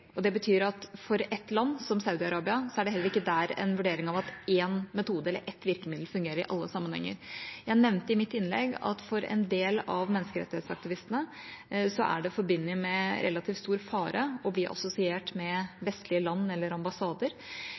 Det betyr at for ett land, som Saudi-Arabia, er det heller ikke der en vurdering av at én metode eller ett virkemiddel fungerer i alle sammenhenger. Jeg nevnte i mitt innlegg at for en del av menneskerettighetsaktivistene er det forbundet med relativt stor fare å bli assosiert med vestlige land eller ambassader.